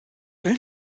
will